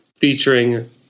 featuring